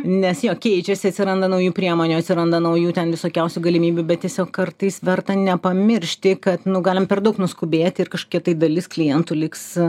nes jo keičiasi atsiranda naujų priemonių atsiranda naujų ten visokiausių galimybių bet tiesiog kartais verta nepamiršti kad nu galim per daug nuskubėti ir kažkokia tai dalis klientų liks